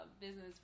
business